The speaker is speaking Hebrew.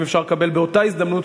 האם אפשר לקבל באותה הזדמנות,